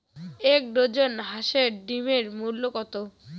এক ডজন হাঁসের ডিমের মূল্য কত?